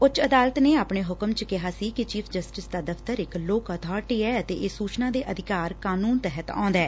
ਉੱਚ ਅਦਾਲਤ ਨੇ ਆਪਣੇ ਹੁਕਮ ਚ ਕਿਹਾ ਸੀ ਕਿ ਚੀਫ਼ ਜਸਟਿਸ ਦਾ ਦਫ਼ਤਰ ਇਕ ਲੋਕ ਅਬਾਰਟੀ ਐ ਅਤੇ ਇਹ ਸੁਚਨਾ ਦੇ ਅਧਿਕਾਰ ਕਾਨੂੰਨ ਤਹਿਤ ਆਉਂਦਾ ਐ